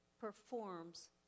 performs